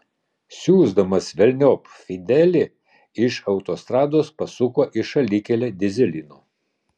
siųsdamas velniop fidelį iš autostrados pasuko į šalikelę dyzelino